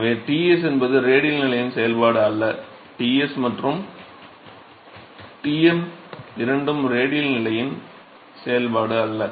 எனவே Ts என்பது radial நிலையின் செயல்பாடு அல்ல Ts மற்றும் Tm இரண்டும் ரேடியல் நிலையின் செயல்பாடு அல்ல